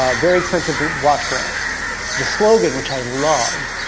ah very expensive watch brand the slogan, which i love,